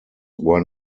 were